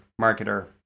marketer